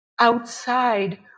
outside